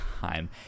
time